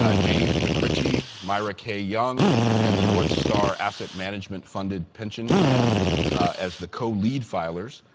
ah james mcritchie, myra k. young and the northstar asset management funded pension plan as the colead filers,